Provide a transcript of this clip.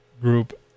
group